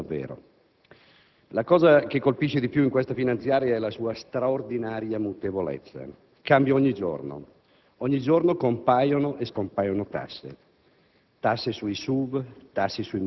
qualcosa in questo Governo non funziona davvero. Ciò che colpisce di più in questa finanziaria è la sua straordinaria mutevolezza. Cambia ogni giorno. Ogni giorno compaiono e scompaiono tasse: